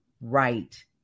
right